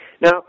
Now